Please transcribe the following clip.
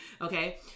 Okay